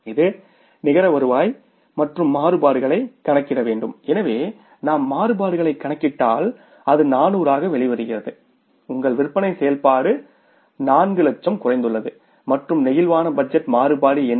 இது நிகர வருவாய் மற்றும் மாறுபாடுகளைக் கணக்கிட வேண்டும் எனவே நாம் மாறுபாடுகளைக் கணக்கிட்டால் அது 400 ஆக வெளிவருகிறது உங்கள் விற்பனை செயல்பாடு 400000 குறைந்துள்ளது மற்றும் பிளேக்சிபிள் பட்ஜெட் மாறுபாடு என்ன